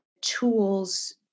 tools